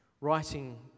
writing